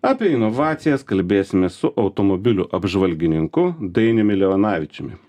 apie inovacijas kalbėsimės su automobilių apžvalgininku dainiumi leonavičiumi